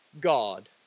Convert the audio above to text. God